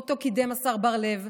שאותו קידם השר בר לב,